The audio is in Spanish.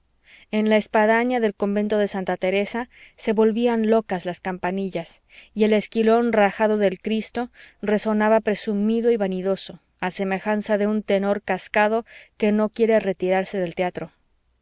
en la espadaña del convento de santa teresa se volvían locas las campanillas y el esquilón rajado del cristo resonaba presumido y vanidoso a semejanza de un tenor cascado que no quiere retirarse del teatro